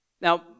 Now